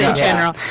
general.